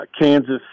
Kansas